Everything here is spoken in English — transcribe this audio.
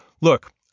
Look